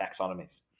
taxonomies